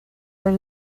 that